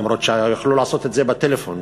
אף שיכלו לעשות את זה בטלפון.